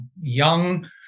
young